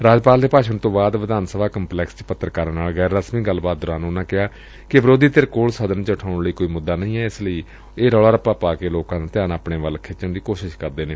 ਰਾਜਪਾਲ ਦੇ ਭਾਸ਼ਣ ਤੋ ਬਾਅਦ ਵਿਧਾਨ ਸਭਾ ਕੰਪਲੈਕਸ ਚ ਪੱਤਰਕਾਰਾ ਨਾਲ ਗੈਰ ਰਸਮੀ ਗੱਲਬਾਤ ਦੌਰਾਨ ਉਨ੍ਫਾਂ ਕਿਹਾ ਕਿ ਵਿਰੋਧੀ ਧਿਰ ਕੋਲ ਸਦਨ ਚ ਉਠਾਉਣ ਲਈ ਕੋਈ ਮੁੱਦਾ ਨਹੀ ਏ ਇਸ ਲਈ ਇਹ ਰੋਲਾ ਰੱਪਾ ਪਾ ਕੇ ਲੋਕਾ ਦਾ ਧਿਆਨ ਆਪਣੇ ਵੱਲ ਖਿੱਚਣ ਦੀ ਕੋਸ਼ਿਸ਼ ਕਰਦੇ ਨੇ